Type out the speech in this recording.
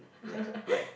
like like